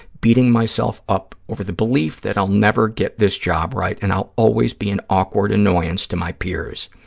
beating myself up over the belief that i'll never get this job right and i'll always be an awkward annoyance to my peers.